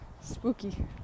spooky